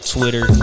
Twitter